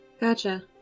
Gotcha